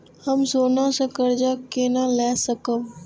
हम सोना से कर्जा केना लाय सकब?